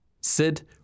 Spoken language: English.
Sid